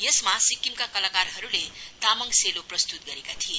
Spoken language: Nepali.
यसमा सिक्किमका कलाकारहरूले तामाङ सेलो प्रस्तुत गरेका थिए